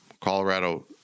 Colorado